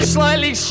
Slightly